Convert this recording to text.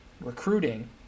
recruiting